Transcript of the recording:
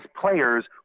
players